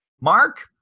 Mark